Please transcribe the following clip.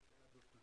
יהיו חלק מהנושא.